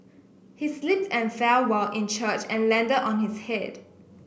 he slipped and fell while in church and landed on his head